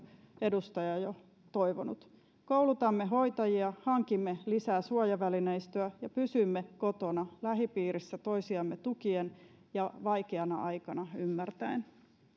edustaja jo toivonut koulutamme hoitajia hankimme lisää suojavälineistöä ja pysymme kotona lähipiirissä toisiamme tukien ja vaikeana aikana ymmärtäen